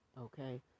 okay